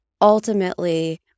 ultimately